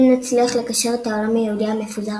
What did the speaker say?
אם נצליח לקשר את העולם היהודי המפוזר